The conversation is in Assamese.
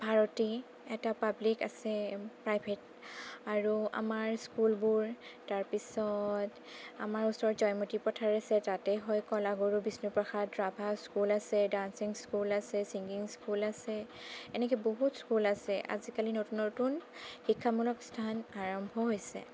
ভাৰতী এটা পাব্লিক আছে প্ৰাইভেট আৰু আমাৰ স্কুলবোৰ তাৰপিছত আমাৰ ওচৰত জয়মতী পথাৰ আছে তাতে হয় কলাগুৰু বিষ্ণুপ্ৰসাদ ৰাভা স্কুল আছে ডান্সিং স্কুল আছে ছিংগিং স্কুল আছে এনেকে বহুত স্কুল আছে আজিকালি নতুন নতুন শিক্ষামূলক স্থান আৰম্ভ হৈছে